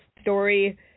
story